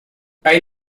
hay